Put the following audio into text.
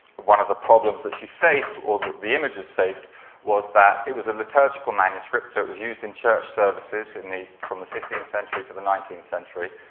one of the problems that she faced or the images faced was that it was a liturgical manuscript. so, it was used in church services and from the fifteenth century to the nineteenth century.